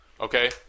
Okay